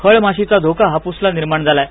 फळमाशीचा धोका हाप्सला निर्माण झालाय